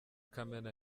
kamena